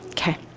ok.